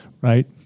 right